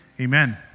Amen